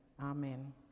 Amen